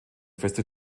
feste